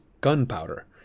gunpowder